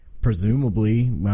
presumably